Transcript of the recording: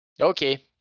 Okay